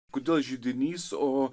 kodėl židinys o